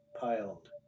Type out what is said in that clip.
piled